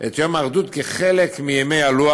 את יום האחדות כחלק מימי הלוח.